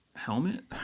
helmet